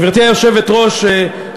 גברתי היושבת-ראש,